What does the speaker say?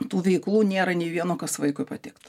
tų veiklų nėra nei vieno kas vaikui patiktų